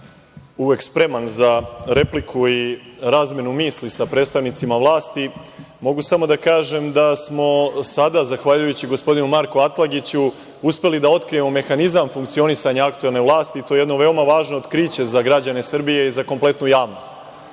uvek spreman za repliku i razmenu misli sa predstavnicima vlasti, mogu samo da kažem da smo sada zahvaljujući gospodinu Marku Atlagiću uspeli da otkrijemo mehanizam funkcionisanja aktuelne vlasti. To je jedno veoma važno otkriće za građane Srbije i za kompletnu javnost. Dakle,